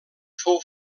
fou